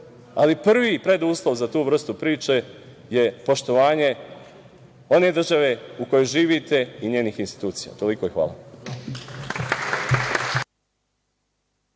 Ali, prvi preduslov za tu vrstu priče je poštovanje one države u kojoj živite i njenih institucija. Toliko i hvala.